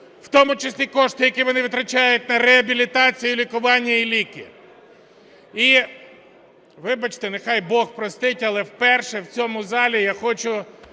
у тому числі кошти, які вони витрачають на реабілітацію, лікування і ліки. І вибачте, нехай бог простить, але вперше в цьому залі я хочу